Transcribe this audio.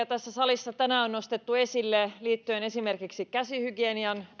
tässä salissa on tänään nostettu esille liittyen esimerkiksi käsihygienian